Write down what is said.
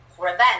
prevent